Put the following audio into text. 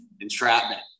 entrapment